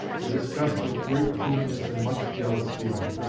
were discussed with great keenness and much jealous feeling.